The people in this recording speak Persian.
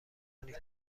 کنید